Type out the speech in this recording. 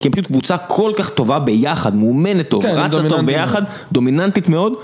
כי הן פשוט קבוצה כל כך טובה ביחד, מאומנת טוב, רצה טוב ביחד, דומיננטית מאוד.